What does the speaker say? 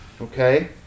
Okay